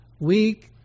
weak